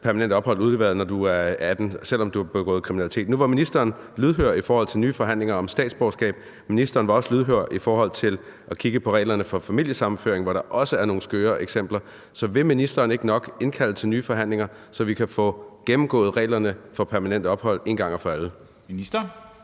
når du er 18 år, selv om du har begået kriminalitet. Nu var ministeren lydhør i forhold til nye forhandlinger om statsborgerskab. Ministeren var også lydhør i forhold til at kigge på reglerne for familiesammenføring, hvor der også er nogle skøre eksempler. Så vil ministeren ikke nok indkalde til nye forhandlinger, så vi kan få gennemgået reglerne for permanent opholdstilladelse en gang for alle?